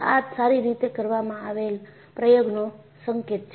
આ સારી રીતે કરવામાં આવેલ પ્રયોગનો સંકેત છે